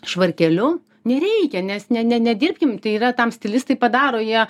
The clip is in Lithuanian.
švarkeliu nereikia nes ne ne nedirbkim tai yra tam stilistai padaro jie